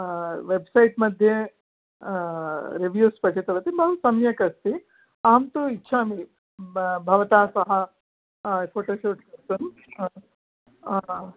web site मध्ये reviews पठितवती बहुसम्यक् अस्ति अहं तु इच्छामि भवता सह फ़ोटो शूट् कृतं आमाम्